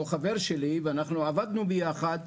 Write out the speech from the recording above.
הוא חבר שלי ואנחנו עבדנו יחד.